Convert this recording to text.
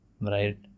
right